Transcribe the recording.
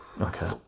okay